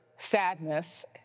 sadness